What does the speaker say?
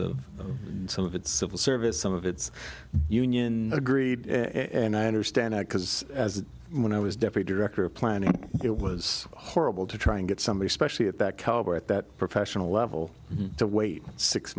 and some of it's civil service some of it's union agreed and i understand that because as when i was deputy director of planning it was horrible to try and get somebody especially at that caliber at that professional level to wait six